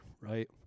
right